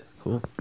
Cool